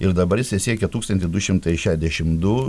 ir dabar jisai siekia tūkstantį du šimtai šiadešim du